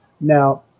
Now